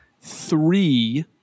three